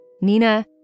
Nina